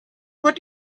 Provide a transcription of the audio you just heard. what